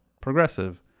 progressive